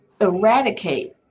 eradicate